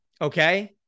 okay